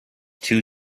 two